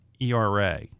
ERA